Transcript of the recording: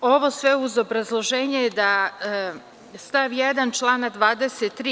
Sve ovo ide uz obrazloženje da stav 1. člana 23.